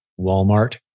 Walmart